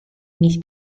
uniti